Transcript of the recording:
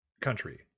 country